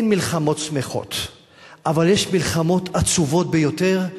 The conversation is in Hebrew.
אין מלחמות שמחות אבל יש מלחמות עצובות ביותר,